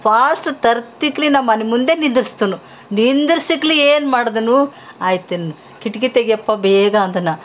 fast ತರ್ತಿಕ್ಲಿ ನಮ್ಮ ಮನಿ ಮುಂದೆ ನಿಂದಿರ್ಸದನು ನಿಂದಿರಿಸ್ಲಿಕ್ಕಿ ಏನು ಮಾಡ್ದನು ಆಯ್ತಿನ್ನ ಕಿಟಕಿ ತೆಗಿಯಪ್ಪ ಬೇಗ ಅಂದ ನಾ